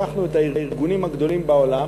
לקחנו את הארגונים הגדולים בעולם,